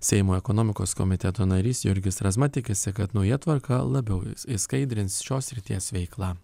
seimo ekonomikos komiteto narys jurgis razma tikisi kad nauja tvarka labiau išskaidrins šios srities veiklą